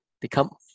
become